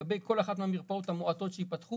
לגבי כל אחת מהמרפאות המועטות שייפתחו,